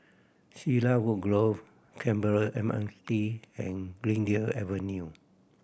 Cedarwood Grove Canberra M R T and Greendale Avenue